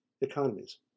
economies